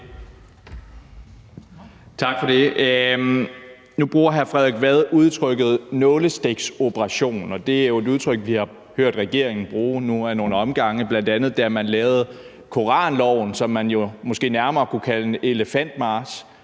Tak for det. Nu bruger hr. Frederik Vad udtrykket nålestiksoperation, og det er jo et udtryk, vi har hørt regeringen bruge nu af nogle omgange, bl.a. da man lavede koranloven, som man jo måske nærmere kunne kalde en elefantmarch